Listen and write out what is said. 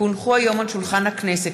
כי הונחו היום על שולחן הכנסת,